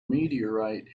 meteorite